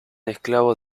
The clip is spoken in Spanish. esclavos